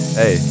hey